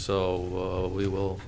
so we will